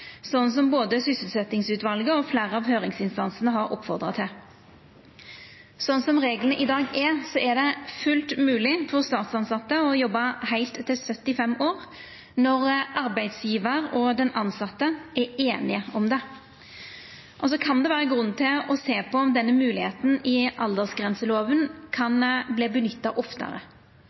sånn som både sysselsetjingsutvalet og fleire av høyringsinstansane har oppfordra til. Sånn reglane er i dag, er det fullt mogleg for statstilsette å jobba heilt til dei er 75 år, når arbeidsgjevaren og den tilsette er einige om det. Det kan vera grunn til å sjå på om denne moglegheita i aldersgrenselova kan verta nytta oftare.